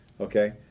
Okay